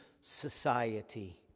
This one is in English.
society